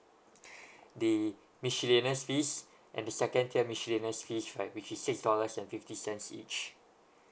the miscellaneous fees and the second tier miscellaneous fees right which is six dollars and fifty cents each